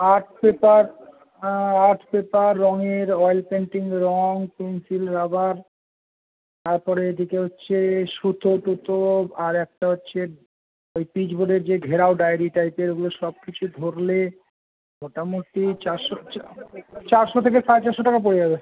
আট paper art paper রঙয়ের oil painting রঙ পেনসিল রাবার তারপরে এদিকে হচ্ছে সুতো টুতো আর একটা হচ্ছে ওই পিচবোর্ডের যে ঘেরাও ডায়রি টাইপের ওগুলো সব কিছু ধরলে মোটামোটি চারশো চা চারশো থেকে সাড়ে চারশো টাকা পড়ে যাবে